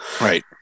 Right